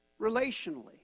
relationally